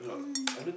mm